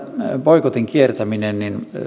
boikotin kiertäminen